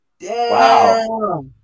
Wow